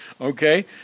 Okay